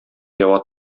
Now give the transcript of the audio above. дәва